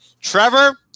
Trevor